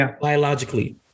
biologically